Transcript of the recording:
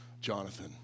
Jonathan